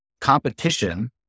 competition